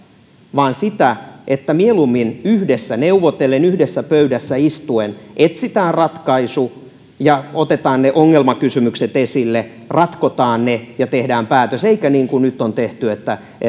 vaan sitä että mieluummin yhdessä neuvotellen yhdessä pöydässä istuen etsitään ratkaisu ja otetaan ne ongelmakysymykset esille ratkotaan ne ja tehdään päätös eikä niin kuin nyt on tehty että